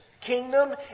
kingdom